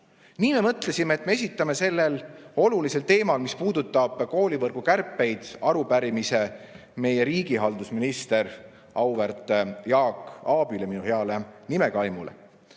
Nii me mõtlesimegi, et me esitame sellel olulisel teemal, mis puudutab koolivõrgu kärpeid, arupärimise riigihalduse ministrile, auväärt Jaak Aabile, minu heale nimekaimule,